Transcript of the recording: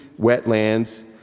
wetlands